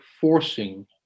forcing